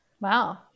Wow